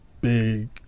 big